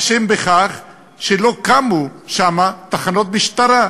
אשם בכך שלא קמו שם תחנות משטרה,